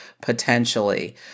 potentially